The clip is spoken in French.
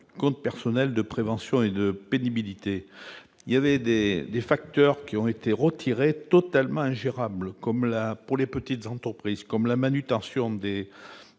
compte personnel de prévention et de pénibilité il y avait déjà des facteurs qui ont été retirées totalement ingérable, comme la pour les petites entreprises comme la manutention des